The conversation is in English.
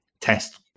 test